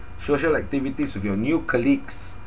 social activities with your new colleagues